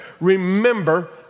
Remember